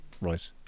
Right